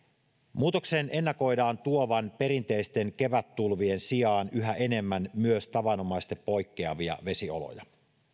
muutoksen ennakoidaan tuovan perinteisten kevättulvien sijaan yhä enemmän myös tavanomaisesta poikkeavia vesioloja